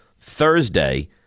Thursday